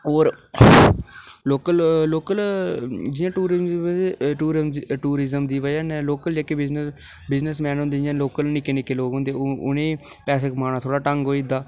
होर local local जि'यां tourism दी वजाह् लोकल जेह्ड़े बिज़नसमैन होंदे जैह्के निक्के निक्के लोक होंदे उ'नें गी पैसे कमाने दा थोह्ड़ा ढंग होई जंदा